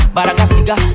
Baragasiga